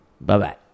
Bye-bye